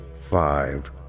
five